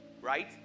right